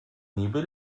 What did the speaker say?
niby